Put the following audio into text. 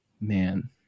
man